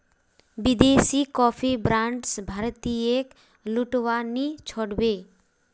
विदेशी coffee brands भारतीयेक लूटवा नी छोड़ बे